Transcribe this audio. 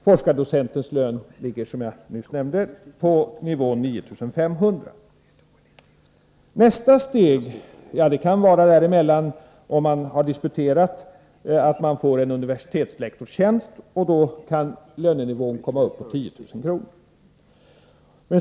Forskardocentens lön ligger, som jag nyss nämnde, på nivån 9 500 'kr: Nästa steg kan, om man/har disputerat, vara att man får en universitetslektorstjänst, och då kan lönenivån komma uppi 10 000 kr.